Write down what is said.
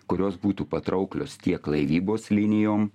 kurios būtų patrauklios tiek laivybos linijom